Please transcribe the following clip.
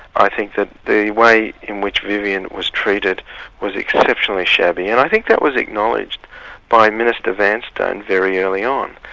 i think that the way in which vivian was treated was exceptionally shabby and i think that was acknowledged by minister vanstone very early on.